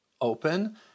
open